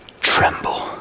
tremble